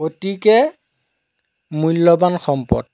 গতিকে মূল্যবান সম্পদ